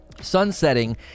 Sunsetting